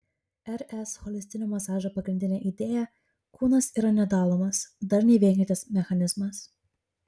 rs holistinio masažo pagrindinė idėja kūnas yra nedalomas darniai veikiantis mechanizmas